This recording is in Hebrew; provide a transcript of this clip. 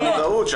זו המודעות.